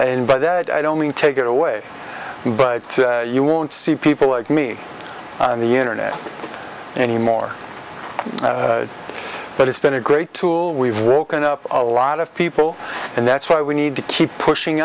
by that i don't mean take it away but you won't see people like me on the internet any more but it's been a great tool we've broken up a lot of people and that's why we need to keep pushing